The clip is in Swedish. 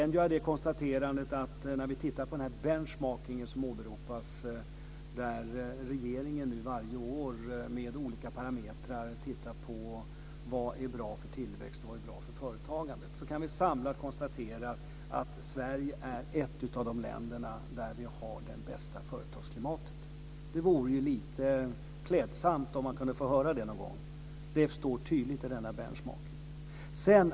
När vi tittar på skrivelsen om benchmarking som åberopas och där regeringen varje år med olika parametrar tittar på vad som är bra för tillväxten och företagandet, kan vi samlat konstatera att Sverige är ett av de länder som har det bästa företagsklimatet. Det vore lite klädsamt om man kunde få höra det någon gång. Det står tydligt i denna skrivelse.